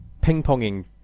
ping-ponging